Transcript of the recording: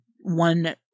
one